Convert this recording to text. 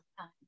time